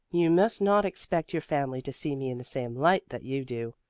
you must not expect your family to see me in the same light that you do.